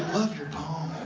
your poem.